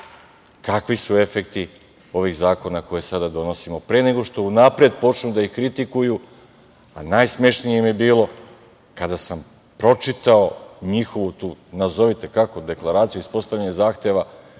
kakvi su efekti ovih zakona koje sada donosimo pre nego što unapred počnu da ih kritikuju. Najsmešnije mi je bilo kada sam pročitao njihovu tu, nazovite, deklaraciju ispostavljanja zahteva